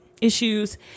issues